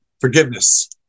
Forgiveness